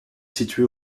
située